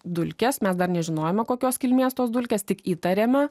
dulkes mes dar nežinojome kokios kilmės tos dulkės tik įtarėme